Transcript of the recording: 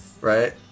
right